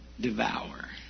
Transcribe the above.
Devour